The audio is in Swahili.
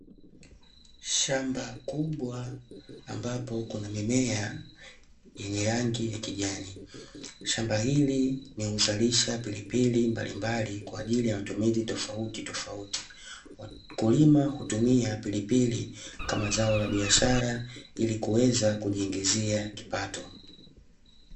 Shamba kubwa ambapo kuna mimea yenye rangi ya kijani, shamba hili ni huzalisha pilipili mbalimbali, kwa ajili ya matumizi tofauti tofauti, wakulima hutumia pilipili kama zao la biashara ili kuweza kujiingizia kipato.